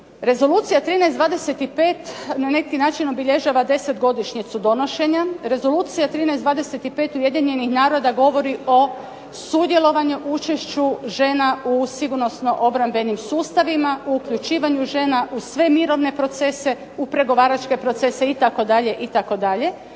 Rezolucija 13/25 na neki način obilježava 10. godišnjicu donošenja. Rezolucija 13/25 Ujedinjenih naroda govori o sudjelovanju, učešću žena u sigurnosno-obrambenim sustavima, o uključivanju žena u sve mirovne procese, u pregovaračke procese itd., itd.